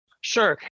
Sure